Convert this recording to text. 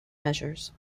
measures